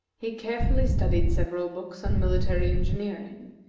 he carefully studied several books on military engineering,